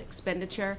expenditure